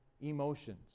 emotions